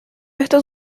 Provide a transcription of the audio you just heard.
esto